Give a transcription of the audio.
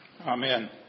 Amen